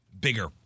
bigger